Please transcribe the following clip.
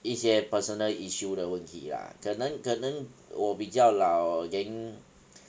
一些 personal issue 的问题啦可能可能我比较老 then